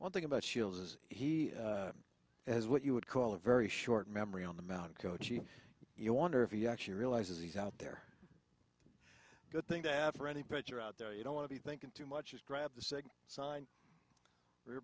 one thing about shields as he as what you would call a very short memory on the mound coaching you wonder if he actually realizes he's out there good thing to ask for any pitcher out there you don't want to be thinking too much is grab the second sign your